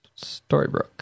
Storybrooke